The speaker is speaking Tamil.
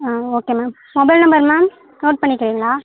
ஆ okay ma'am mobile number ma'am note பண்ணிக்கிறீங்களா